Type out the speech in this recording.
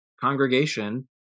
congregation